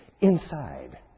inside